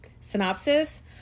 Synopsis